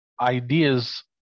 ideas